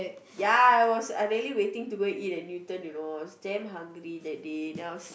ya I was I really waiting to go and eat at Newton you know I was damn hungry that day then I was